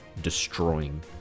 destroying